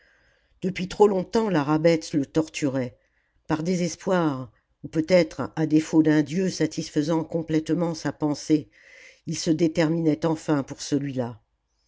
depuis trop longtemps la rabbet le torturait par désespoir oupeut être à défaut d'un dieu satisfaisant complètement sa pensée il se déterminait enfin pour celui-là